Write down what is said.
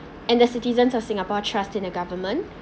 and the citizens of singapore trust in the government